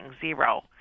zero